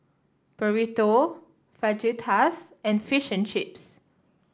Burrito Fajitas and Fish and Chips